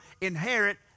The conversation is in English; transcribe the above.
inherit